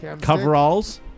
coveralls